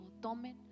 tomen